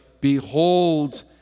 Behold